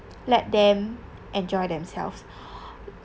let them enjoy themselves